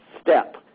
step